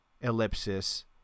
ellipsis